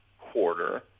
quarter